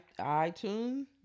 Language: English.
iTunes